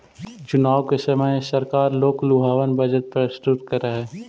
चुनाव के समय सरकार लोकलुभावन बजट प्रस्तुत करऽ हई